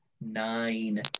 nine